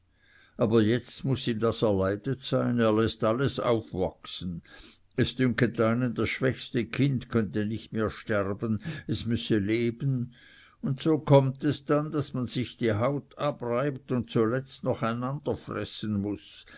aber jetzt muß ihm das erleidet sein er läßt alles aufwachsen es dünket einen das schwächste kind könne nicht mehr sterben es müsse leben und so kommt es dann daß man sich die haut abreibt und zuletzt noch einander fressen muß